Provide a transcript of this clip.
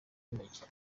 y’umujyi